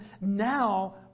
now